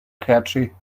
catchy